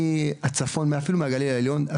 אפילו מהגליל העליון,